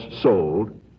sold